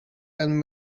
and